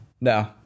no